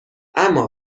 اما